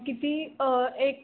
किती एक